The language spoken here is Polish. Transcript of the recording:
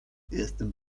jestem